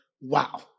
wow